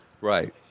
Right